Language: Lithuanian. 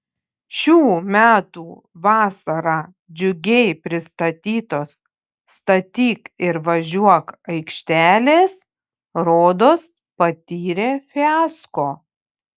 šių metų vasarą džiugiai pristatytos statyk ir važiuok aikštelės rodos patyrė fiasko